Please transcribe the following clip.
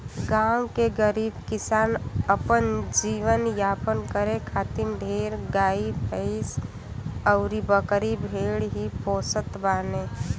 गांव के गरीब किसान अपन जीवन यापन करे खातिर ढेर गाई भैस अउरी बकरी भेड़ ही पोसत बाने